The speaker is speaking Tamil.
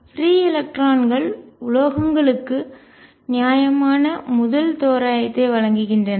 பிரீ எலக்ட்ரான்கள் உலோகங்களுக்கு நியாயமான முதல் தோராயத்தை வழங்குகின்றன